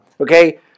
Okay